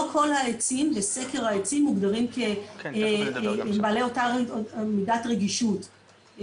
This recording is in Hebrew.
לא כל העצים בסקר העצים מוגדרים כבעלי אותה מידת רגישות,